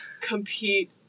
compete